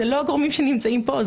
זה לא הגורמים שנמצאים פה,